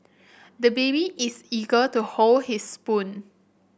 the baby is eager to hold his spoon